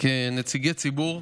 כנציגי ציבור.